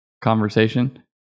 conversation